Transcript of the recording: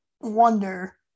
wonder –